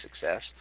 success